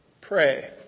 pray